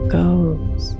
goes